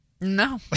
No